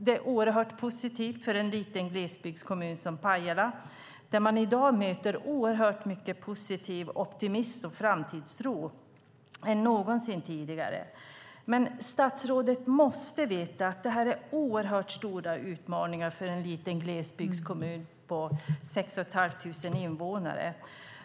Det är oerhört positivt för en liten glesbygdskommun som Pajala. I dag möts man där av större optimism och framtidstro än någonsin tidigare. Men statsrådet måste veta att det är fråga om oerhört stora utmaningar för en liten glesbygdskommun med omkring 6 500 invånare.